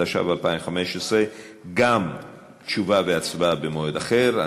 התשע"ו 2015. תשובה והצבעה במועד אחר גם כן.